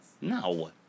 No